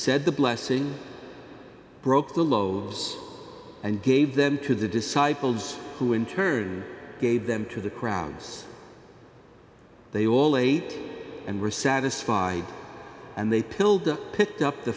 said the blessing broke the lows and gave them to the disciples who in turn gave them to the crowds they all ate and were satisfied and they pilled picked up the